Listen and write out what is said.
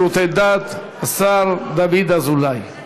דת, השר דוד אזולאי.